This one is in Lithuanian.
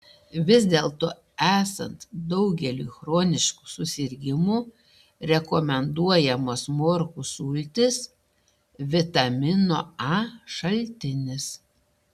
vis dėlto esant daugeliui chroniškų susirgimų rekomenduojamos morkų sultys vitamino a šaltinis